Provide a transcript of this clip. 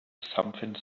something